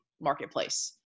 marketplace